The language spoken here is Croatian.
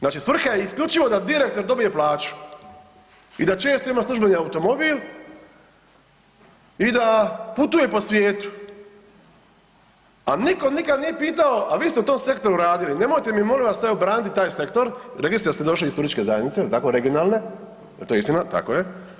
Znači svrha je isključivo da direktor dobije plaću i da često ima službeni automobil i da putuje po svijetu, a niko nikad nije pitao, a vi ste u tom sektoru radili, nemojte mi molim vas evo braniti taj sektor, rekli ste da ste došli iz turističke zajednice jel tako, regionalne, jel to istina, tako je.